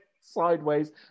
sideways